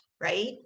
right